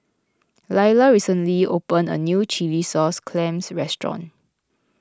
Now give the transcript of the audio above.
Leyla recently open a new Chilli Sauce Clams Restaurant